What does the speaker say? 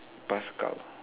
bus cow